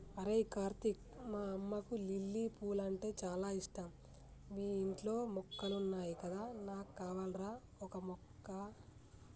అరేయ్ కార్తీక్ మా అమ్మకు లిల్లీ పూలంటే చాల ఇష్టం మీ ఇంట్లో మొక్కలున్నాయి కదా నాకు కావాల్రా ఓక మొక్క